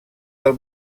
del